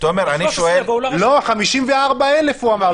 אם אחר כך אני שולל לו את הרישיון עוד חצי שנה...